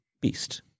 beast